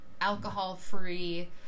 alcohol-free